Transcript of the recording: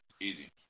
Easy